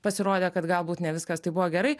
pasirodė kad galbūt ne viskas taip buvo gerai